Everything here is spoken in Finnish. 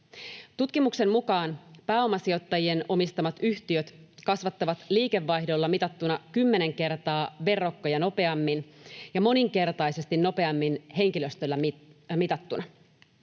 Tutkimuksen mukaan pääomasijoittajien omistamat yhtiöt kasvavat liikevaihdolla mitattuna kymmenen kertaa verrokkeja nopeammin ja moninkertaisesti nopeammin henkilöstöllä mitattuna.